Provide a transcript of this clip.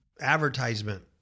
advertisement